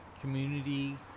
community